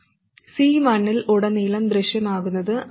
C1 ൽ ഉടനീളം ദൃശ്യമാകുന്നത് Rs R1 || R2